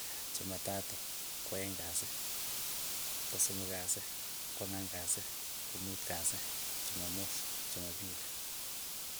Chumatatu, kwaeng' kasi, kosomok kasi, kwang'wan kasi, komut kasi, chumamos, chuma mbili.